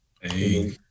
Hey